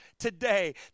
today